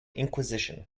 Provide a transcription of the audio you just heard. inquisition